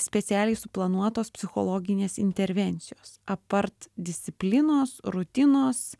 specialiai suplanuotos psichologinės intervencijos apart disciplinos rutinos